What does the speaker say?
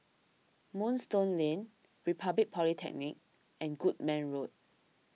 Moonstone Lane Republic Polytechnic and Goodman Road